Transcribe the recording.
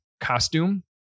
costume